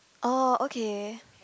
oh okay